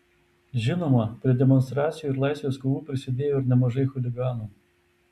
žinoma prie demonstracijų ir laisvės kovų prisidėjo ir nemažai chuliganų